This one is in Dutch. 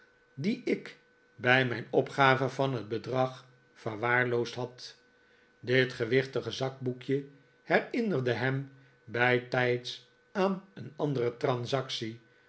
dien ik bij mijn opgave van het bedrag verwaarloosd had dit gewichtige zakboekje herinnerde hem bijtijds aan een andere transactie